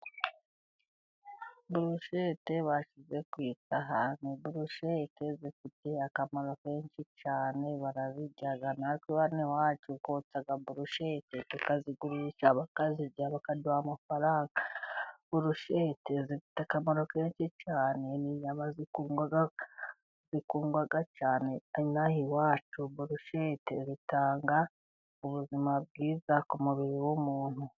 Burushete bashyize ku isahani, burushete zifite akamaro kenshi cyane, barazirya. Natwe hano iwacu twotsa burushete, bakazirya, bakaduha amafaranga. Burushete zifite akamaro kenshi cyane. Ni inyama zikundwa cyane inaha iwacu . Burushete zitanga ubuzima bwiza ku mubiri w'umuntu.